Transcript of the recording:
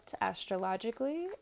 astrologically